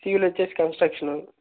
civil వచ్చి construction